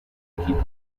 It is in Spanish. equipo